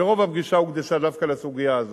ורוב הפגישה הוקדשה דווקא לסוגיה הזאת,